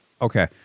Okay